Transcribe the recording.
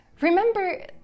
Remember